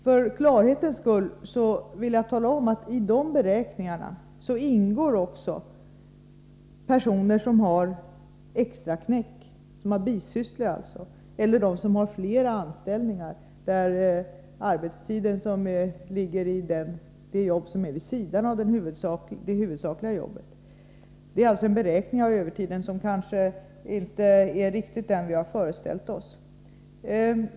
För klarhetens skull vill jag tala om att beräkningarna inkluderar statistik över personer som har extraknäck, dvs. bisysslor, och personer som har flera anställningar vid sidan av det huvudsakliga jobbet. Beräkningen av övertiden är kanske inte riktigt vad vi hade föreställt oss.